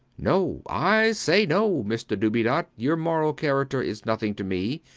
no. i say no. mr dubedat your moral character is nothing to me.